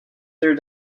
their